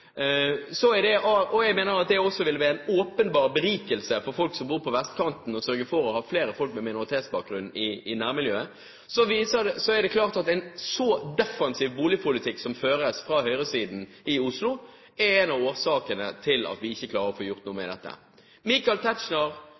og jeg mener det også vil være en åpenbar berikelse for folk som bor på vestkanten – er det viktig å sørge for å ha flere folk med minoritetsbakgrunn i nærmiljøet. Det er klart at en så defensiv boligpolitikk som føres fra høyresiden i Oslo, er en av årsakene til at vi ikke klarer å få gjort noe med dette. I debatter med Michael Tetzschner